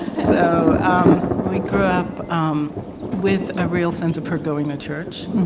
so um we grew up um with a real sense of her going to church.